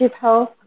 health